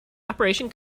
operation